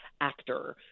actor